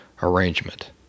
arrangement